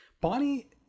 Bonnie